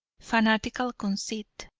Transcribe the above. fanatical conceit,